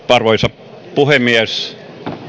arvoisa puhemies